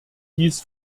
dies